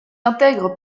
intègre